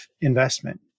investment